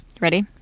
Ready